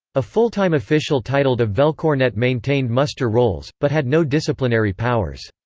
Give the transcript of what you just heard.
a full-time official titled a veldkornet maintained muster rolls, but had no disciplinary powers.